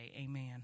Amen